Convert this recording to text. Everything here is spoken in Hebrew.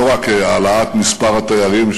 לא רק העלאת מספר התיירים,